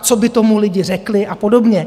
Co by tomu lidi řekli a podobně.